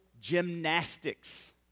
gymnastics